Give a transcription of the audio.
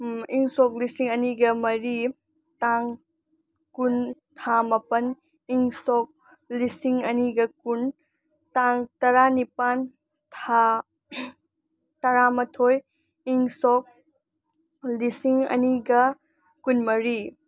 ꯏꯪ ꯁꯣꯛ ꯂꯤꯁꯤꯡ ꯑꯅꯤꯒ ꯃꯔꯤ ꯇꯥꯡ ꯀꯨꯟ ꯊꯥ ꯃꯥꯄꯟ ꯏꯪ ꯁꯣꯛ ꯂꯤꯁꯤꯡ ꯑꯅꯤꯒ ꯀꯨꯟ ꯇꯥꯡ ꯇꯔꯥꯅꯤꯄꯥꯜ ꯊꯥ ꯇꯔꯥꯃꯥꯊꯣꯏ ꯏꯪ ꯁꯣꯛ ꯂꯤꯁꯤꯡ ꯑꯅꯤꯒ ꯀꯨꯟꯃꯔꯤ